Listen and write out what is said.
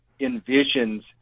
envisions